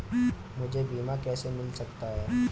मुझे बीमा कैसे मिल सकता है?